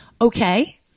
Okay